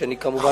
שאני כמובן,